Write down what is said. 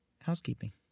Housekeeping